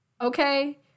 Okay